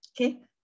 Okay